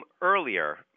earlier